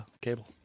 cable